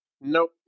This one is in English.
Nope